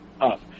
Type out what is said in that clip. up